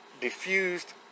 Diffused